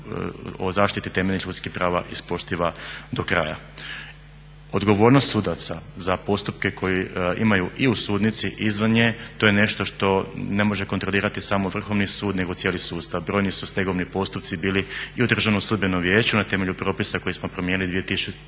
o zaštiti temeljnih ljudskih prava ispoštiva do kraja. Odgovornost sudaca za postupke koji imaju i u sudnici i izvan nje, to je nešto što ne može kontrolirati samo Vrhovni sud nego cijeli sustav. Brojni su stegovni postupci bili i u Državnom sudbenom vijeću na temelju propisa koje smo promijenili 2010.